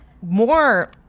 more